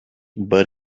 but